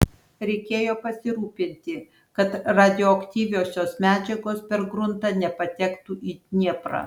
reikėjo pasirūpinti kad radioaktyviosios medžiagos per gruntą nepatektų į dnieprą